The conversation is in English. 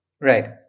Right